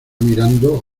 mirando